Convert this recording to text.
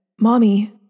Mommy